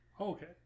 Okay